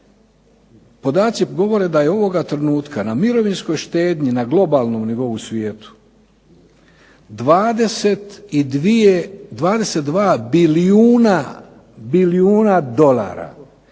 podaci govore da je ovoga trenutka na mirovinskoj štednji na globalnom nivou u svijetu 22 bilijuna dolara